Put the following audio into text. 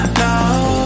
now